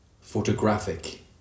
photographic